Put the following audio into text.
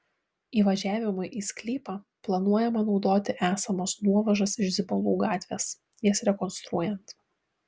įvažiavimui į sklypą planuojama naudoti esamas nuovažas iš zibalų gatvės jas rekonstruojant